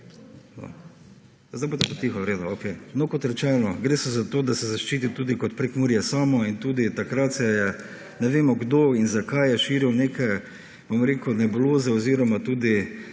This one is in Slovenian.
Zdaj bodite pa tiho, v redu, okej. No, kot rečeno, gre se za to, da se zaščiti tudi kot Prekmurje samo in tudi takrat se je, ne vemo, kdo in zakaj je širil neke, bom rekel, nebuloze oziroma tudi